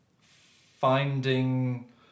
finding